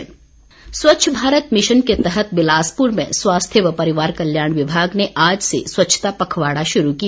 स्वच्छता स्वच्छ भारत मिशन के तहत बिलासपुर में स्वास्थ्य व परिवार कल्याण विभाग ने आज से स्वच्छता पखवाड़ा शुरू किया